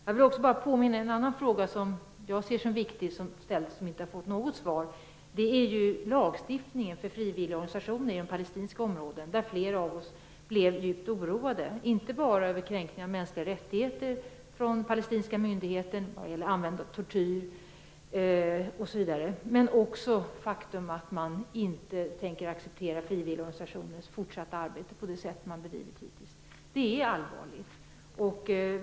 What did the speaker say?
Jag vill påminna om en annan fråga som jag ser som viktig och som jag inte fått något svar på. Det är lagstiftningen gällande frivilligorganisationer i palestinska områden, där flera av oss är djupt oroade inte bara över kränkningar av mänskliga rättigheter från palestinska myndigheter vad gäller användandet av tortyr osv. utan också över det faktum att man inte tänker acceptera frivilligorganisationernas fortsatta arbete på det sätt det hittills bedrivits. Det är allvarligt.